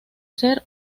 ser